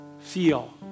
feel